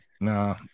nah